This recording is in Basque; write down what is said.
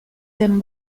den